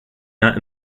not